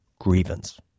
grievance